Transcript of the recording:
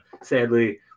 sadly